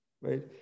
right